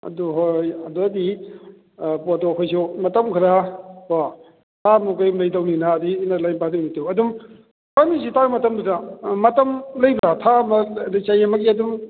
ꯑꯗꯨ ꯍꯣꯏ ꯍꯣꯏ ꯑꯗꯨꯗꯒꯤ ꯄꯣꯠꯇꯣ ꯑꯩꯈꯣꯏꯁꯨ ꯃꯇꯝ ꯈꯔ ꯀꯣ ꯊꯥ ꯑꯃꯗꯤ ꯂꯩꯗꯧꯅꯤꯅ ꯑꯗꯩ ꯏꯟꯅꯔ ꯂꯥꯏꯟ ꯄꯔꯃꯤꯠꯇꯨ ꯑꯗꯨꯝ ꯄꯔꯃꯤꯠꯁꯤ ꯄꯥꯏꯕ ꯃꯇꯝꯗꯨꯗ ꯃꯇꯝ ꯂꯩꯕ꯭ꯔꯥ ꯊꯥ ꯑꯃ ꯑꯗꯩ ꯆꯍꯤ ꯑꯃꯒꯤ ꯑꯗꯨꯝ